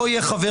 לא יהיה חבר